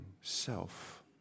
self